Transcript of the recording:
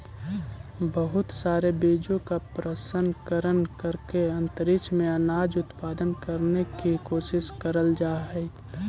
बहुत सारे बीजों का प्रशन करण करके अंतरिक्ष में अनाज उत्पादन करने की कोशिश करल जाइत हई